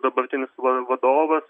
dabartinis vadovas